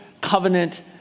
covenant